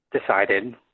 decided